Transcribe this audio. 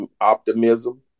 optimism